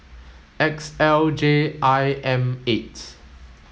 X L J I M eight